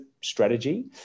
strategy